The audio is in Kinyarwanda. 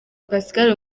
pascal